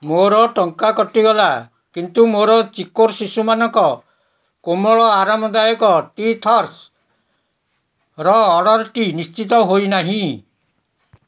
ମୋର ଟଙ୍କା କଟିଗଲା କିନ୍ତୁ ମୋର ଚିକ୍କୋର ଶିଶୁମାନଙ୍କ କୋମଳ ଆରାମଦାୟକ ଟି'ଥର୍ସ୍ର ଅର୍ଡ଼ର୍ଟି ନିଶ୍ଚିତ ହୋଇନାହିଁ